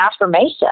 affirmation